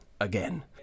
again